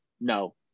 no